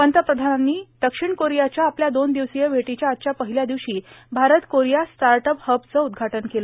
पंतप्रधानांनी दक्षिण कोरियाच्या आपल्या दोन दिवसीय भेटीच्या आजच्या पहिल्या दिवशी भारत कोरिया स्टार्टअप हबचं उद्घाटन केलं